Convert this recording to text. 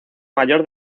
mayor